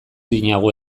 dinagu